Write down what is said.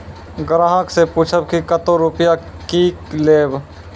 ग्राहक से पूछब की कतो रुपिया किकलेब?